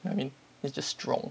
I mean it's just strong